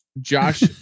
Josh